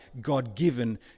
God-given